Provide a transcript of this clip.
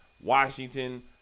Washington